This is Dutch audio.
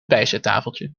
bijzettafeltje